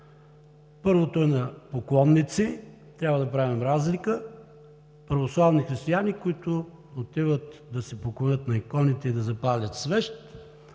Първото е на поклонници – трябва да правим разлика, православни християни, които отиват да се поклонят на иконите и да запалят свещ,